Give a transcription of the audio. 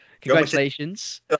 Congratulations